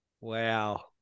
Wow